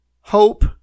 Hope